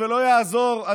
ולא יעזרו,